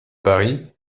paris